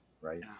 right